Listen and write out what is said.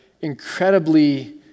incredibly